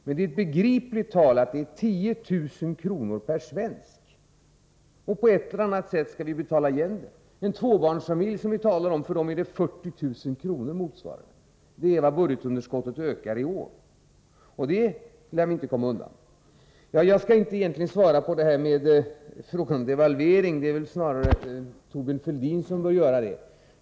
Men att det gäller 10 000 kr. per svensk är ett begripligt tal. På ett eller annat sätt skall vi betala igen det. För en tvåbarnsfamilj motsvarar det 40 000 kr. Det är vad budgetunderskottet ökar i år, och det lär vi inte komma undan. Jag skall egentligen inte svara på frågan om devalveringen. Det är snarare Thorbjörn Fälldin som bör göra det.